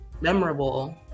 memorable